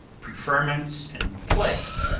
preferments and place,